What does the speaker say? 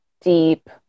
deep